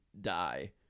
die